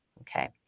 okay